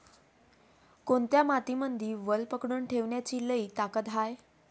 कोनत्या मातीमंदी वल पकडून ठेवण्याची लई ताकद हाये?